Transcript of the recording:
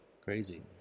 Crazy